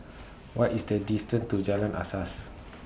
What IS The distance to Jalan Asas